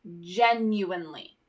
genuinely